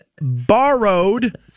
Borrowed